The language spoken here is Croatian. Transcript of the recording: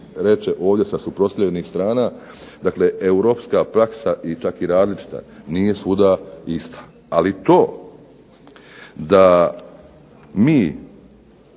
reče ovdje sa suprotstavljenih strana, Europska praksa je čak i različita nije svuda ista. Ali to da mi,